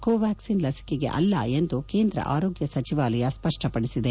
ಕೋವ್ಯಾಕ್ಸಿನ್ ಲಸಿಕೆಗೆ ಅಲ್ಲ ಎಂದು ಕೇಂದ್ರ ಆರೋಗ್ಯ ಸಚಿವಾಲಯ ಸ್ಪ ಷ್ವಪದಿಸಿದೆ